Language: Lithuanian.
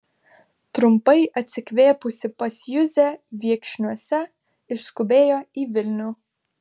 trumpai atsikvėpusi pas juzę viekšniuose išskubėjo į vilnių